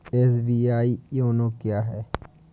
SBI YONO क्या है?